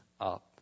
up